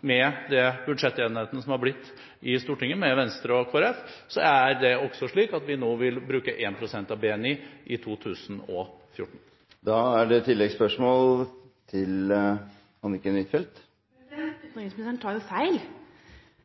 med den budsjettenigheten som er blitt i Stortinget med Venstre og Kristelig Folkeparti, vil vi nå bruke 1 pst. av BNI i 2014. Utenriksministeren tar jo feil.